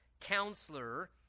counselor